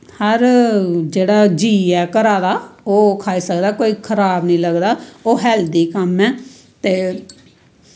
हर जेह्ड़ा जीऽ ऐ घरा दा ओह् खाई सकदा कोई खराब नी लगदा ओह् हैल्दी कम्म ऐ ते